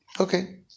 Okay